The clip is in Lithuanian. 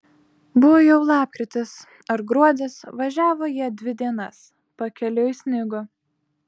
buvo jau lapkritis ar gruodis važiavo jie dvi dienas pakeliui snigo